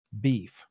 beef